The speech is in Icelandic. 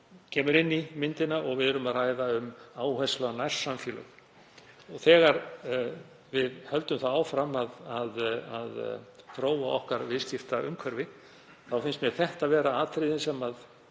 kemur inn í myndina og við erum að ræða um áherslu á nærsamfélög. Þegar við höldum áfram að þróa okkar viðskiptaumhverfi þá finnst mér þetta vera atriði sem við